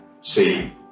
see